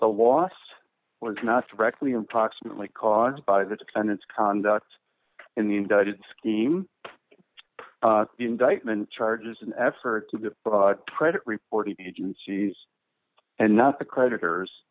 the last was not directly in proximately caused by the defendant's conduct in the indicted scheme the indictment charges an effort to the credit reporting agencies and not the creditors